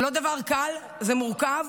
זה לא דבר קל, זה מורכב,